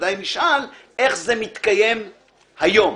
ובוודאי נשאל איך זה מתקיים היום.